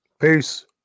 peace